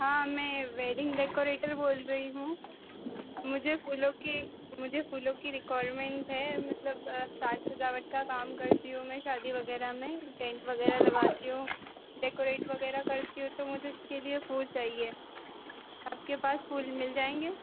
हाँ मैं wedding decorator बोल रही हूँ मुझे फूलों की मुझे फूलों की रिक्वायरमेंट है मतलब सजावट का काम करती हूँ मैं शादी वगैरह टेंट वगैरह लगाती हूँ डेकोरेट वगैरह करती हूँ तो मुझे इसके लिए फूल चाहिए आपके पास फूल मिल जाएंगे